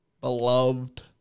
beloved